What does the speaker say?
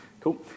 cool